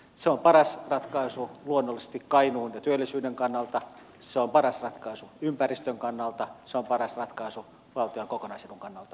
se on paras ratkaisu luonnollisesti kainuun ja työllisyyden kannalta se on paras ratkaisu ympäristön kannalta se on paras ratkaisu valtion kokonaisedun kannalta